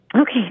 Okay